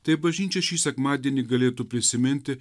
tai bažnyčia šį sekmadienį galėtų prisiminti